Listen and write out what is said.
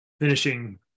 finishing